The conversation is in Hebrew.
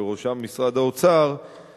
ובראשם משרד האוצר,